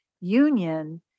union